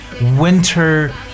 winter